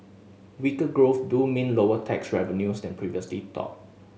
weaker growth do mean lower tax revenues than previously thought